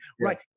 right